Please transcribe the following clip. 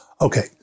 Okay